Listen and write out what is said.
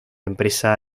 empresa